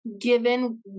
given